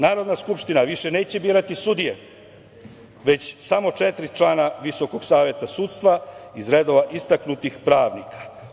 Narodna skupština više neće birati sudije, već samo četiri člana Visokog saveta sudstva iz redova istaknutih pravnika.